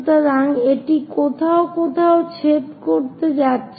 সুতরাং এটি কোথাও কোথাও ছেদ করতে যাচ্ছে